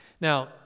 Now